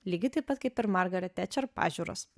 lygiai taip pat kaip ir margaret tečer pažiūros